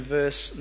verse